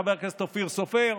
חבר הכנסת אופיר סופר,